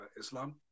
Islam